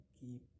keep